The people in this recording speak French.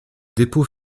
dépôts